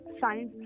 science